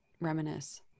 reminisce